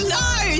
no